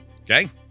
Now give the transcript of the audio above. Okay